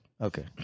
Okay